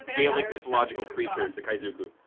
gaelic mythological creature, the kaizoku.